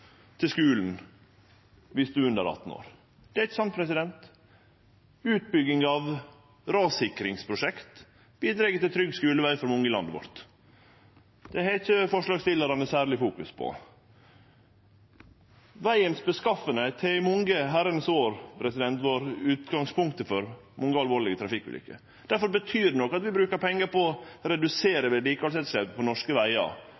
til skulen om ein under er 18 år. Det er ikkje sant. Utbygging av rassikringsprosjekt bidreg til trygg skuleveg for mange i landet vårt. Det har ikkje forslagsstillarane fokusert særleg på. Vegens tilstand har i mange herrens år vore utgangspunktet for mange alvorlege trafikkulukker. Difor betyr det noko at vi bruker pengar på å redusere vedlikehaldsetterslepet på norske vegar